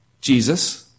Jesus